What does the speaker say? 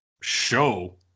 show